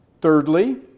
Thirdly